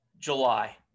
july